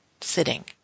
sitting